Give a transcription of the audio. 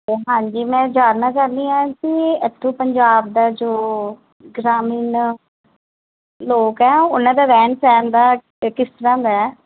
ਅਤੇ ਹਾਂਜੀ ਮੈਂ ਜਾਣਨਾ ਚਾਹੁੰਦੀ ਹਾਂ ਕਿ ਇੱਥੋਂ ਪੰਜਾਬ ਦਾ ਜੋ ਗ੍ਰਾਮੀਣ ਲੋਕ ਹੈ ਉਹਨਾਂ ਦਾ ਰਹਿਣ ਸਹਿਣ ਦਾ ਕਿਸ ਤਰ੍ਹਾਂ ਦਾ ਹੈ